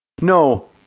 No